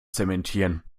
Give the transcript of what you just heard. zementieren